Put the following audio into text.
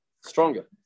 stronger